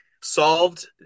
solved